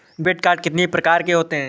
Debit card कितनी प्रकार के होते हैं?